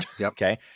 Okay